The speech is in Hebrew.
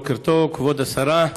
בוקר טוב, כבוד השרה,